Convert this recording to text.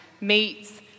meets